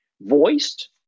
voiced